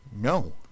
No